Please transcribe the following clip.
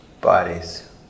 bodies